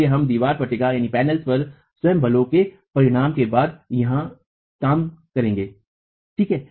इसलिए हम दीवार पट्टिका पर स्वयं बल के परिणाम के बाद यहां काम करेंगे ठीक है